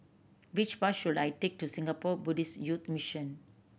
which bus should I take to Singapore Buddhist Youth Mission